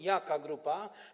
Jaka grupa?